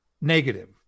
negative